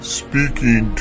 speaking